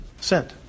Sent